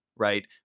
Right